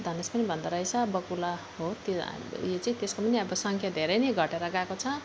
धनेस पनि भन्दो रहेछ बकुल्ला हो त्यो यो चाहिँ त्यसको पनि अब सङ्ख्या धेरै नै घटेर गएको छ